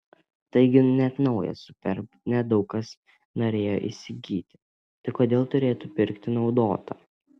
taigi net naują superb ne daug kas norėjo įsigyti tai kodėl turėtų pirkti naudotą